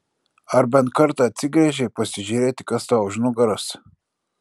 ar bent kartą atsigręžei pasižiūrėti kas tau už nugaros